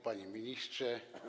Panie Ministrze!